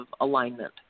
alignment